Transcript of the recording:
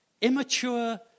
Immature